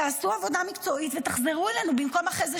תעשו עבודה מקצועית ותחזרו אלינו במקום שאחרי זה